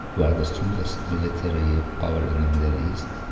we are the strongest military ah power in the middle east.